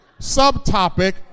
Subtopic